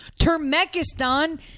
Turkmenistan